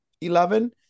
Eleven